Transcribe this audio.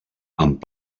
amb